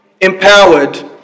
empowered